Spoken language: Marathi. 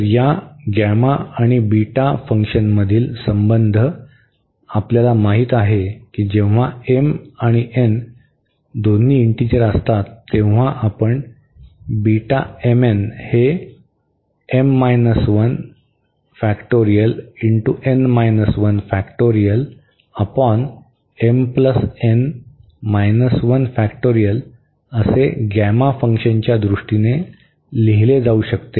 तर या गॅमा आणि बीटा फंक्शनमधील संबंध आपल्याला माहित आहे की जेव्हा m आणि n दोन्ही इंटीजर असतात तेव्हा आपण हे असे गॅमा फंक्शनच्या दृष्टीने लिहिले जाऊ शकते